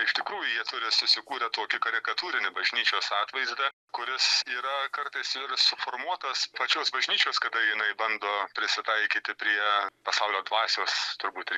iš tikrųjų jie turi susikūrę tokį karikatūrinį bažnyčios atvaizdą kuris yra kartais ir suformuotas pačios bažnyčios kada jinai bando prisitaikyti prie pasaulio dvasios turbūt ir